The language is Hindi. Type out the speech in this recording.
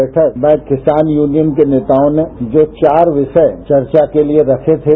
बैठक मैं किसान यूनियनके नेताओं में जो चार विषय वर्चा के लिए रखे थे